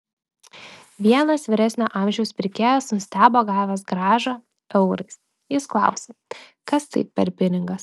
vienas vyresnio amžiaus pirkėjas nustebo gavęs grąžą eurais jis klausė kas tai per pinigas